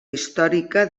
històrica